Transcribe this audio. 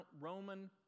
Roman